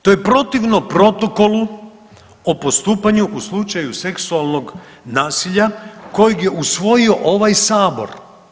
To je protivno protokolu o postupanju u slučaju seksualnog nasilja kojeg je usvojio ovaj Sabor.